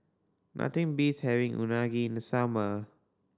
nothing beats having Unagi in the summer